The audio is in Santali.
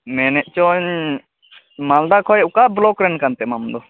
ᱢᱮᱱᱮᱫ ᱪᱚᱧ ᱢᱟᱞᱫᱟ ᱠᱷᱚᱱ ᱚᱠᱟ ᱵᱞᱚᱠ ᱨᱮᱱ ᱠᱟᱱ ᱛᱮᱢ ᱟᱢ ᱫᱚ